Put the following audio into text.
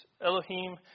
Elohim